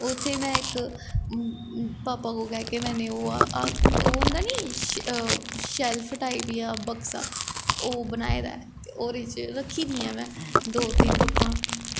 उत्थें में इक पापा को कह के मैने ओह् होंदा नी शैल्फ टाईप जा बक्सा ओह् बनाए दा ऐ ते ओह्दे च रक्खी दियां में दो तिन्न बुक्कां